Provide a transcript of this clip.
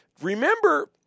Remember